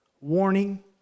warning